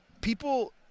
People